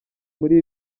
muri